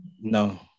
No